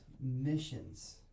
missions